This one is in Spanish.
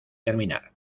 terminar